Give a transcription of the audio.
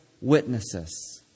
witnesses